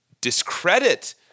discredit